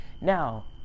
Now